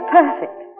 perfect